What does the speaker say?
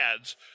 ads